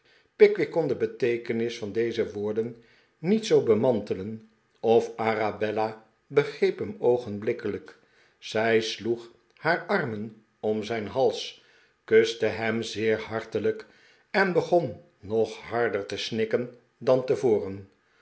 kon de beteekenis van deze woorden niet zoo bemantelen of arabella begreep hem oogenblikkelijk zij sloeg haar armen om zijn hals kuste hem zeer hartelijk en begon nog harder te snikken dan tevoren